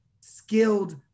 skilled